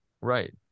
Right